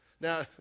Now